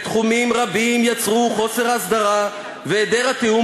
בתחומים רבים יצרו חוסר אסדרה והיעדר התיאום